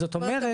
זאת אומרת.